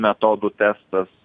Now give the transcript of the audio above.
metodų testas